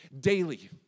daily